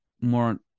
more